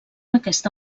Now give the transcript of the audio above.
aquesta